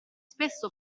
spesso